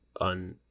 on